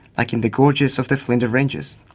like in the gorges of the flinders ranges,